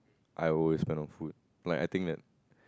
I always spend on food like I think that